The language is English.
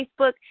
Facebook